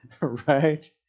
right